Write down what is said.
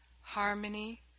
harmony